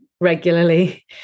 regularly